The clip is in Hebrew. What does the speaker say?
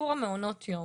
סיפור מעונות היום.